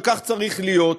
וכך צריך להיות.